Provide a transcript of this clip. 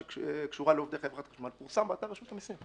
שקשורה לעובדי חברת חשמל פורסם באתר רשות המסים.